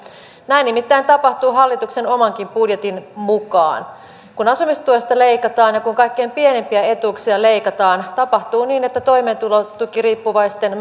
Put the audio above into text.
näin nimittäin tapahtuu hallituksen omankin budjetin mukaan kun asumistuesta leikataan ja kun kaikkein pienimpiä etuuksia leikataan tapahtuu niin että toimeentulotukiriippuvaisten